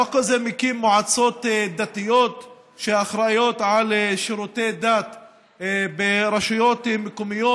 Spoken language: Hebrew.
החוק הזה מקים מועצות דתיות שאחראיות לשירותי דת ברשויות מקומיות.